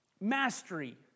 mastery